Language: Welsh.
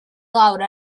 lawr